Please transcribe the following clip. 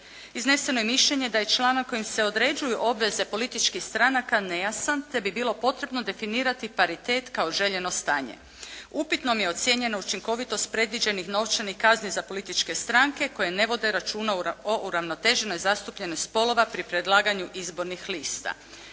Izneseno je mišljenje da je članak kojim se određuju obveze političkih stranaka nejasan, te bi bilo potrebno definirati paritet kao željeno stanje. Upitnim je ocijenjeno učinkovitost predviđenih novčanih kazni za političke stranke koje ne vode računa o uravnoteženoj zastupljenosti spolova pri predlaganju izbornih lista.